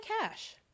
cash